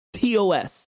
TOS